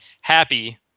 happy